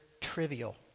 trivial